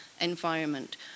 environment